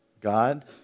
God